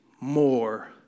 more